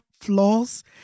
flaws